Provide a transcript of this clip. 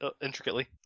intricately